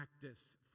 practice